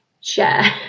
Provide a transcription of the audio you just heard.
Share